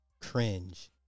cringe